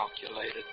calculated